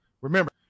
remember